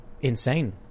insane